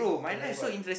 you can have one